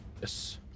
Yes